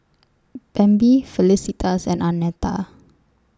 Bambi Felicitas and Arnetta